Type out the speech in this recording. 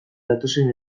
datozen